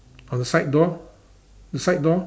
on the side door the side door